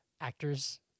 actors